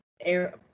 air